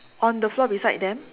on the floor beside them